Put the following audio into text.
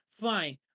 Fine